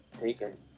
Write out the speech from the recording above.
taken